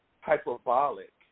hyperbolic